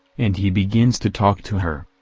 and he begins to talk to her.